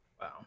Wow